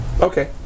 Okay